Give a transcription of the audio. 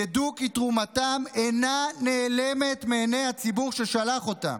ידעו כי תרומתם אינה נעלמת מעיני הציבור ששלח אותם.